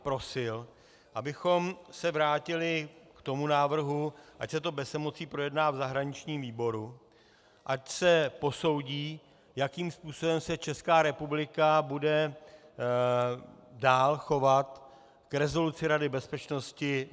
Prosil bych, abychom se vrátili k tomu návrhu, ať se to bez emocí projedná v zahraničním výboru, ať se posoudí, jakým způsobem se Česká republika bude dál chovat k rezoluci Rady bezpečnosti 242 z roku 1967.